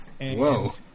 Whoa